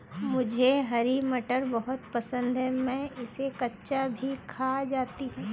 मुझे हरी मटर बहुत पसंद है मैं इसे कच्चा भी खा जाती हूं